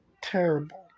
terrible